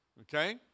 Okay